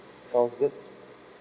sound good